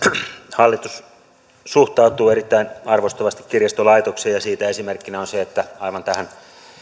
hallitus suhtautuu erittäin arvostavasti kirjastolaitokseen ja siitä esimerkkinä on se että aivan tähän